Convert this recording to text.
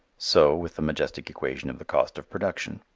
so with the majestic equation of the cost of production.